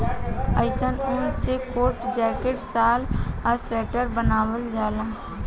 अइसन ऊन से कोट, जैकेट, शाल आ स्वेटर बनावल जाला